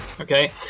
Okay